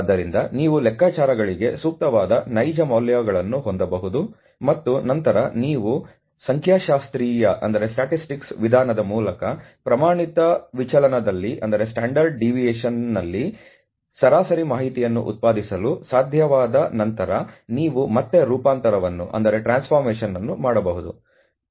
ಆದ್ದರಿಂದ ನೀವು ಲೆಕ್ಕಾಚಾರಗಳಿಗೆ ಸೂಕ್ತವಾದ ನೈಜ ಮೌಲ್ಯಗಳನ್ನು ಹೊಂದಬಹುದು ಮತ್ತು ನಂತರ ನೀವು ಅವರ ಸಂಖ್ಯಾಶಾಸ್ತ್ರೀಯ ವಿಧಾನದ ಮೂಲಕ ಪ್ರಮಾಣಿತ ವಿಚಲನದಲ್ಲಿ ಸರಾಸರಿ ಮಾಹಿತಿಯನ್ನು ಉತ್ಪಾದಿಸಲು ಸಾಧ್ಯವಾದ ನಂತರ ನೀವು ಮತ್ತೆ ರೂಪಾಂತರವನ್ನು ಮಾಡಬಹುದು